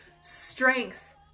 strength